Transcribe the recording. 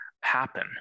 happen